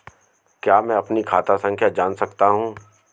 क्या मैं अपनी खाता संख्या जान सकता हूँ?